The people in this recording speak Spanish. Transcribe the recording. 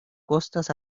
costas